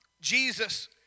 Jesus